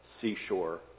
seashore